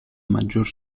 maggior